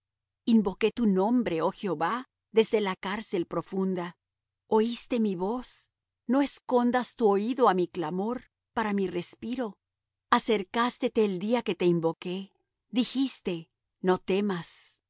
invoqué tu nombre oh jehová desde la cárcel profunda oiste mi voz no escondas tu oído á mi clamor para mi respiro acercástete el día que te invoqué dijiste no temas